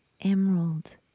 emerald